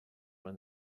when